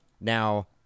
Now